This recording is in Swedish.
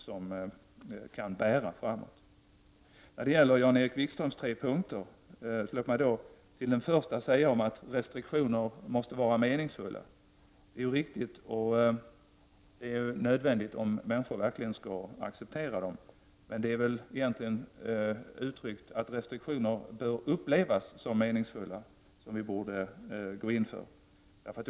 Som Jan-Erik Wikström sade i en av sina tre punkter här måste restriktionerna vara meningsfulla, det är riktigt. Det är nödvändigt om människor verkligen skall kunna acceptera dem. Vi kan egentligen uttrycka det så att restriktionerna bör upplevas som meningsfulla.